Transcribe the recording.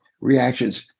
reactions